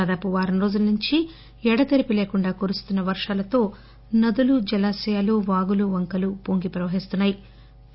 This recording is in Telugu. దాదాపు వారం రోజులనుంచి ఎడతెరిపి లేకుండా కురుస్తున్న వర్షాలతో నదులు జలాశయాలు వాగులు వంకలు హొంగి ప్రవహిస్తున్నా యి